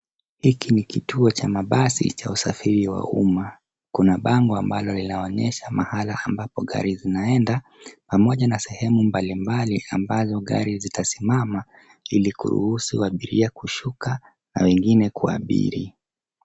Hiki ni kituo cha mabasi cha usafiri wa umma. Kuna bango ambalo linaonyesha mahala ambapo magari zinaenda pamoja na sehemu mbali mbali ambazo gari zitasimama ili kuruhusu abiria kushuka na mwengine kuabiri.